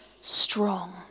strong